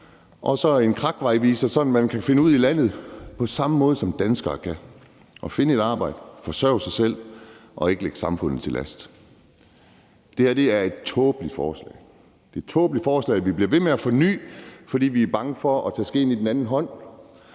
og så en krakvejviser, så man kan finde ud i landet på samme måde, som danskere kan, og finde et arbejde, forsørge sig selv og ikke ligge samfundet til last. Det her er et tåbeligt forslag. Det er et tåbeligt forslag, som vi bliver ved med at forny, fordi vi er bange for at tage skeen i den anden hånd